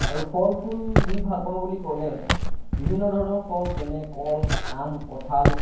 আৰু ফল ফুল ৰুই ভাল পাওঁ বুলি ক'লে বিভিন্ন ধৰণৰ ফল যেনে কল আম কঁঠাল